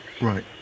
right